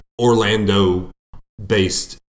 Orlando-based